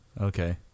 Okay